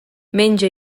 menja